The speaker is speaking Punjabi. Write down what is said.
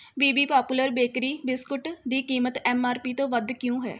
B B popular bakery biscuit ਦੀ ਕੀਮਤ ਐੱਮ ਆਰ ਪੀ ਤੋਂ ਵੱਧ ਕਿਉਂ ਹੈ